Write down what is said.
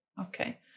Okay